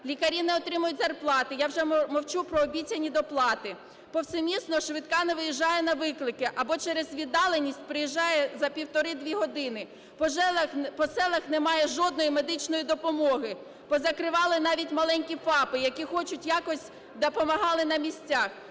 Лікарі не отримують зарплати, я вже мовчу про обіцяні доплати. Повсемісно швидка не виїжджає на виклики або через віддаленість приїжджає за 1,5-2 години. По селах немає жодної медичної допомоги, позакривали навіть маленькі ФАПи, які хоч якось допомагали на місцях.